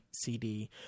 CD